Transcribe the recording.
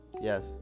Yes